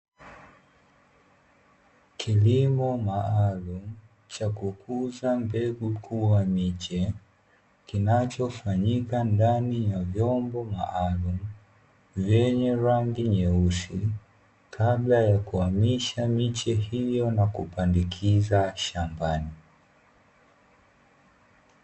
Kilimo maalumu cha kukuza mbegu kuwa miche, kinachofanyika ndani ya vyombo maalumu vyenye rangi nyeusi, kabla ya kuhamisha miche hiyo na kupandikiza shambani.